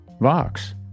vox